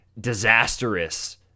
disastrous